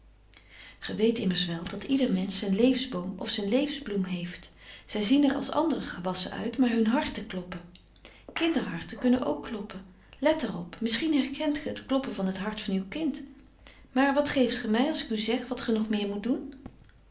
weet immers wel dat ieder mensch zijn levensboom of zijn levensbloem heeft zij zien er als andere gewassen uit maar hun harten kloppen kinderharten kunnen ook kloppen let daarop misschien herkent ge het kloppen van het hart van uw kind maar wat geeft ge mij als ik u zeg wat ge nog meer moet doen